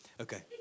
Okay